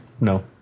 No